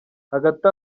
hagati